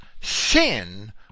sin